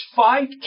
five